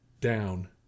down